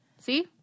see